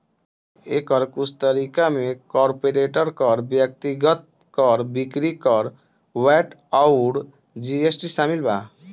एकर कुछ तरीका में कॉर्पोरेट कर, व्यक्तिगत कर, बिक्री कर, वैट अउर जी.एस.टी शामिल बा